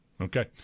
okay